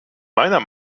meiner